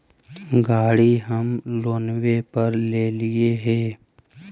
गाड़ी हम लोनवे पर लेलिऐ हे?